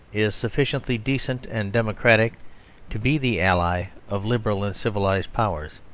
is sufficiently decent and democratic to be the ally of liberal and civilised powers.